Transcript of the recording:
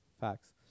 Facts